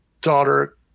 daughter